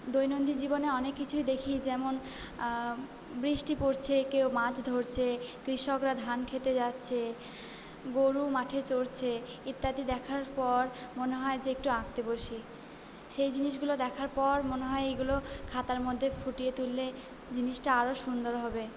দৈনন্দিন জীবনে অনেক কিছুই দেখি যেমন বৃষ্টি পড়ছে কেউ মাছ ধরছে কৃষকরা ধান খেতে যাচ্ছে গরু মাঠে চড়ছে ইত্যাদি দেখার পর মনে হয় যে একটু আঁকতে বসি সেই জিনিসগুলো দেখার পর মনে হয় এইগুলো খাতার মধ্যে ফুটিয়ে তুললে জিনিসটা আরো সুন্দর হবে